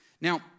Now